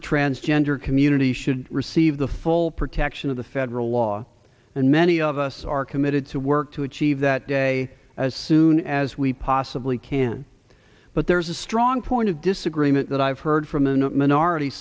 the transgender community should receive the full protection of the federal law and many of us are committed to work to achieve that day as soon as we possibly can but there's a strong point of disagreement that i've heard from in a minorit